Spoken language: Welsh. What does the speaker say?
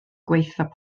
gwaethaf